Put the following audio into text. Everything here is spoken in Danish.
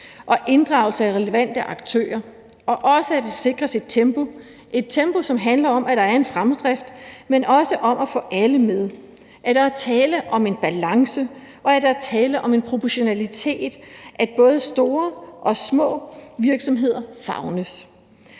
inddragelse af relevante aktører, og også at det sikres i et tempo, hvor der en fremdrift, men hvor det også handler om at få alle med: at der er tale om en balance, at der er tale om en proportionalitet, og at både store og små virksomheder favnes,